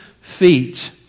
feet